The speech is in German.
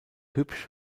hübsch